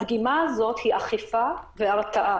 הדגימה הזאת היא אכיפה והרתעה,